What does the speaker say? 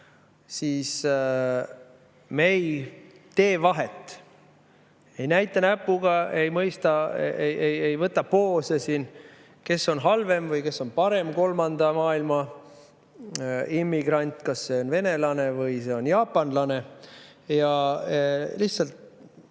siis me ei tee vahet, ei näita näpuga, ei võta poose siin, kes on halvem või kes on parem kolmanda maailma immigrant, kas see on venelane või on see jaapanlane. Lihtsalt